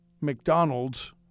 McDonald's